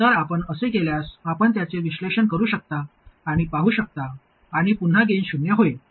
तर आपण असे केल्यास आपण त्याचे विश्लेषण करू शकता आणि पाहू शकता आणि पुन्हा गेन शून्य होईल